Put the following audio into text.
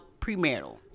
premarital